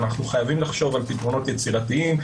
אנו חייבים לחשוב על פתרונות יצירתיים,